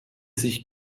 sich